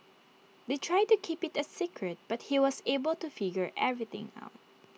they tried to keep IT A secret but he was able to figure everything out